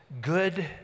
good